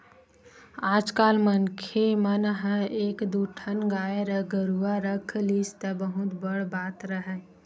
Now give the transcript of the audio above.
आजकल मनखे मन ह एक दू ठन गाय गरुवा रख लिस त बहुत बड़ बात हरय